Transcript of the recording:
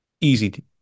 Easy